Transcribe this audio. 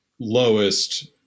lowest